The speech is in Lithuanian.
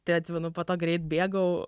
tai atsimenu po to greit bėgau